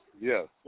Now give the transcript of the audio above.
Yes